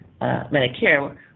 Medicare